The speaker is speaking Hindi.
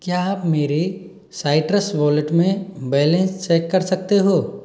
क्या आप मेरे साइट्रस वॉलेट में बैलेंस चेक कर सकते हो